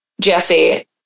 Jesse